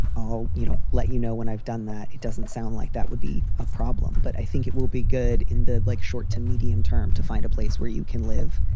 i'll you know let you know when i've done that. it doesn't sound like that would be a problem, but i think it will be good in the like short to medium term to find a place where you can live,